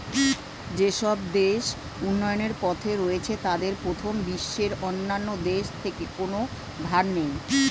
যেসব দেশ উন্নয়নের পথে রয়েছে তাদের প্রথম বিশ্বের অন্যান্য দেশ থেকে কোনো ধার নেই